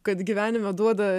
kad gyvenime duoda